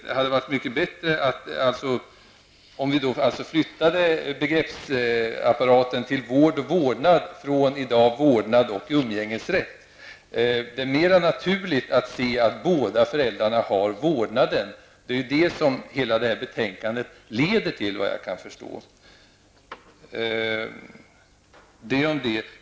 Det hade varit mycket bättre om vi ändrat begreppen vårdnad och umlgängesrätt till vård och vårdnad. Det är mer naturligt att båda föräldrarna har vårdnaden, och det är ju detta som hela betänkande leder till, såvitt jag kan förstå.